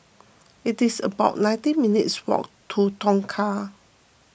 it is about nineteen minutes' walk to Tongkang